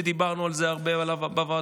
ודיברנו על זה הרבה בוועדות,